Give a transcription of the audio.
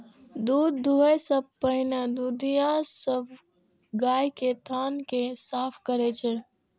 दूध दुहै सं पहिने दुधिया सब गाय के थन कें साफ करै छै